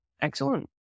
Excellent